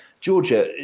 Georgia